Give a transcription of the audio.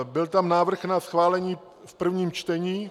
Byl tam návrh na schválení v prvním čtení.